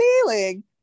feeling